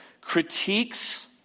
critiques